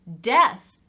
death